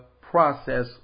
process